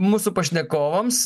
mūsų pašnekovams